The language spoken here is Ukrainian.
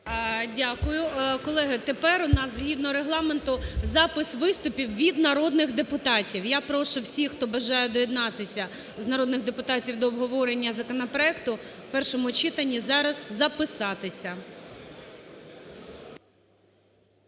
Дякую. Колеги, тепер у нас згідно Регламенту запис виступів від народних депутатів. Я прошу всіх, хто бажає доєднатися з народних депутатів до обговорення законопроекту в першому читанні зараз записатися.